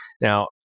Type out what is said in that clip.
Now